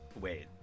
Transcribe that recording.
Wait